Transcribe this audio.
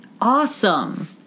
Awesome